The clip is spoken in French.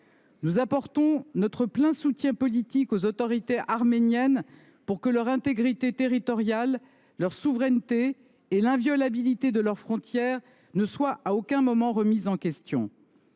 Nous apportons notre plein soutien politique aux autorités arméniennes pour que l’intégrité territoriale, la souveraineté et l’inviolabilité des frontières du pays ne soient à aucun moment remises en question.